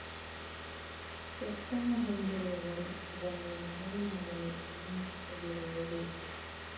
check ಅನ್ನು ಹೊಂದಿರುವವರು ಅದನ್ನು ನಗದು ಮಾಡಲು ಅನುಮತಿಸದಿರುವುದು